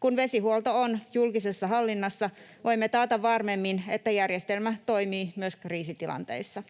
Kun vesihuolto on julkisessa hallinnassa, voimme taata varmemmin, että järjestelmä toimii myös kriisitilanteissa.